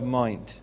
mind